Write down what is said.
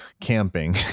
camping